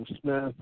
Smith